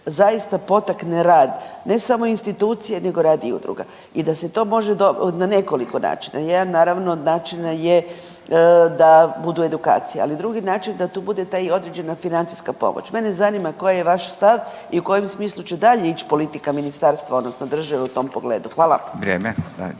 zaista potakne rad, ne samo institucije nego rad i udruga i da se to može na nekoliko način. Jedan, naravno od načina je da budu edukacije, ali drugi način da tu bude taj određena financijska pomoć. Mene zanima koji je vaš stav i u kojem smislu će dalje ići politika Ministarstva odnosno države u tom pogledu? Hvala. **Radin,